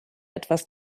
etwas